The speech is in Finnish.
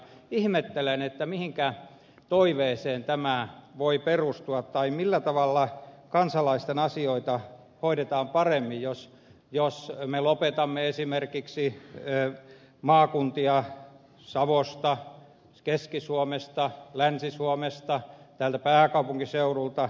ihmettelen mihinkä toiveeseen tämä voi perustua tai millä tavalla kansalaisten asioita hoidetaan paremmin jos me lopetamme maakuntia esimerkiksi savosta keski suomesta länsi suomesta täältä pääkaupunkiseudulta